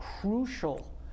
crucial